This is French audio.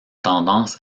tendance